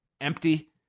empty